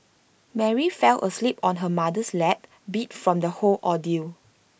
Mary fell asleep on her mother's lap beat from the whole ordeal